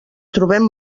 trobem